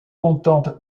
contente